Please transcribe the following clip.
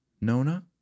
Nona